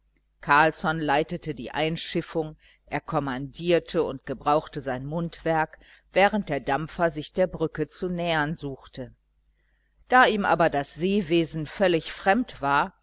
carlsson leitete die einschiffung er kommandierte und gebrauchte sein mundwerk während der dampfer sich der brücke zu nähern suchte da ihm aber das seewesen völlig fremd war